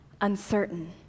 uncertain